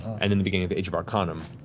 and and beginning of the age of arcanum,